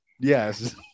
Yes